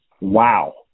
Wow